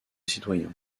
citoyens